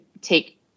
take